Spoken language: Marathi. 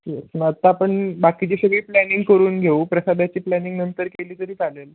ठीक मग आता आपण बाकीची सगळी प्लॅनिंग करून घेऊ प्रसाादाची प्लॅनिंग नंतर केली तरी चालेल